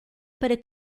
para